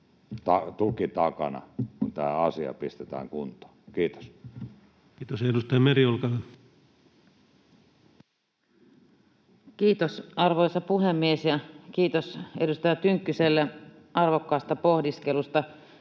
tuki takana, kun tämä asia pistetään kuntoon. — Kiitos. Kiitos. — Edustaja Meri, olkaa hyvä. Kiitos, arvoisa puhemies! Ja kiitos edustaja Tynkkyselle arvokkaasta pohdiskelusta.